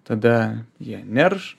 tada jie nerš